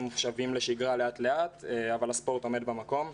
חוזרים לשגרה לאט לאט אבל הספורט עומד במקום.